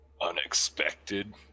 unexpected